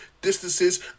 distances